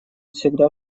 всегда